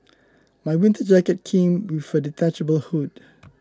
my winter jacket came with a detachable hood